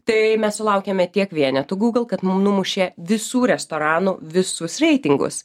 tai mes sulaukėme tiek vienetų google kad mum numušė visų restoranų visus reitingus